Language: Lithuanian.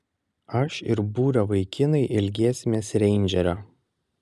aš ir būrio vaikinai ilgėsimės reindžerio